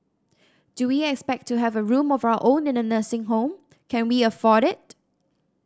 do we expect to have a room of our own in a nursing home and can we afford it